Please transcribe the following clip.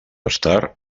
estar